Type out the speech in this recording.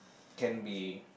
can be